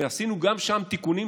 ועשינו גם שם תיקונים,